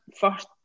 first